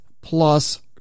plus